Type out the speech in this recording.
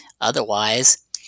Otherwise